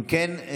אם כן,